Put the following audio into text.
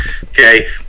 Okay